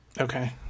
Okay